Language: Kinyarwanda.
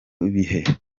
bihe